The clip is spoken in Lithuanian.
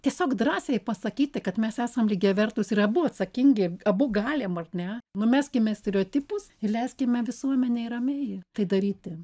tiesiog drąsiai pasakyti kad mes esam lygiavertūs ir abu atsakingi abu galim ar ne numeskime stereotipus ir leiskime visuomenei ramiai tai daryti